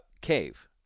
cave